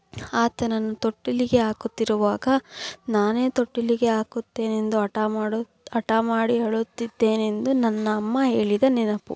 ಆತನನ್ನು ತೊಟ್ಟಿಲಿಗೆ ಹಾಕುತ್ತಿರುವಾಗ ನಾನೇ ತೊಟ್ಟಿಲಿಗೆ ಹಾಕುತ್ತೇನೆಂದು ಹಠ ಮಾಡು ಹಠ ಮಾಡಿ ಅಳುತ್ತಿದ್ದೆನೆಂದು ನನ್ನ ಅಮ್ಮ ಹೇಳಿದ ನೆನಪು